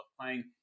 playing